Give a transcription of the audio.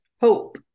hope